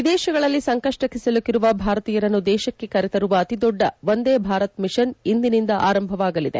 ವಿದೇಶಗಳಲ್ಲಿ ಸಂಕಷ್ಟಕ್ಕೆ ಸಿಲುಕಿರುವ ಭಾರತೀಯರನ್ನು ದೇಶಕ್ಕೆ ಕರೆತರುವ ಅತಿ ದೊಡ್ಡ ವಂದೇ ಭಾರತ್ ಮಿಷನ್ ಇಂದಿನಿಂದ ಆರಂಭವಾಗಲಿದೆ